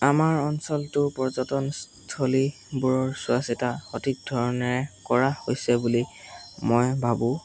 আমাৰ অঞ্চলটোৰ পৰ্যটনস্থলীবোৰৰ চোৱা চিতা সঠিক ধৰণেৰে কৰা হৈছে বুলি মই ভাবোঁ